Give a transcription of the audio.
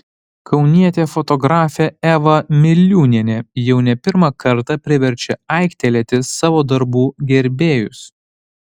kaunietė fotografė eva miliūnienė jau ne pirmą kartą priverčia aiktelėti savo darbų gerbėjus